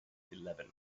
eleven